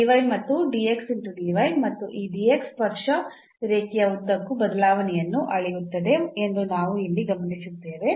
ಮತ್ತು ಮತ್ತು ಈ ಸ್ಪರ್ಶ ರೇಖೆಯ ಉದ್ದಕ್ಕೂ ಬದಲಾವಣೆಯನ್ನು ಅಳೆಯುತ್ತದೆ ಎಂದು ನಾವು ಇಲ್ಲಿ ಗಮನಿಸಿದ್ದೇವೆ